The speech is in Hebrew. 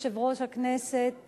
סגן יושב-ראש הכנסת,